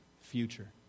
future